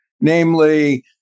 namely